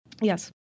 Yes